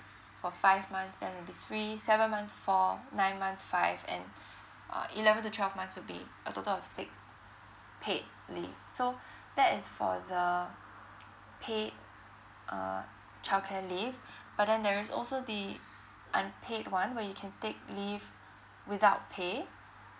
for five months then will be three seven months four nine months five and uh eleven to twelve months will be a total of six paid leaves so that is for the paid uh childcare leave but then there is also the unpaid one where you can take leave without pay